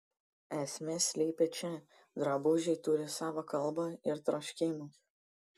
esmė slypi čia drabužiai turi savo kalbą ir troškimus